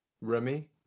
Remy